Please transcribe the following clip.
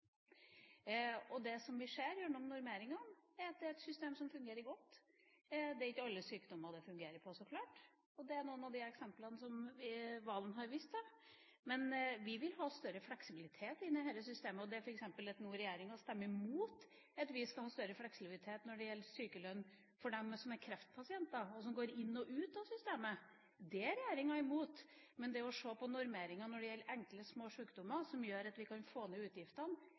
morgen. Og det vi ser gjennom normeringa, er at det er et system som fungerer godt. Det er ikke alle sykdommer det fungerer på, og det er noen av de eksemplene representanten Serigstad Valen har vist til. Men vi vil ha større fleksibilitet inn i dette systemet. Regjeringa stemmer nå f.eks. imot at vi skal ha større fleksibilitet når det gjelder sykelønn for dem som er kreftpasienter og går inn og ut av systemet. Det er regjeringa imot. Men det å se på normeringa når det gjelder enkle, små sykdommer, som gjør at vi kan få ned utgiftene,